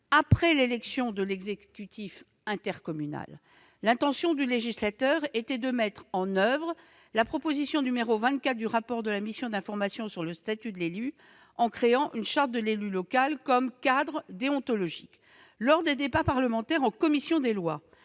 après l'élection de l'exécutif intercommunal. L'intention du législateur était de mettre en oeuvre la proposition n°°24 du rapport de la mission d'information sur le statut de l'élu, en créant une charte de l'élu local comme cadre déontologique. Lors des débats parlementaires en commission des lois,